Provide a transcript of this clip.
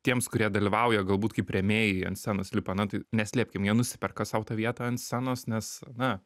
tiems kurie dalyvauja galbūt kaip rėmėjai ant scenos lipa na tai neslėpkim jie nusiperka sau tą vietą ant scenos nes na